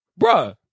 Bruh